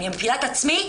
אני מכירה את עצמי?